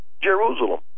Jerusalem